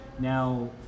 Now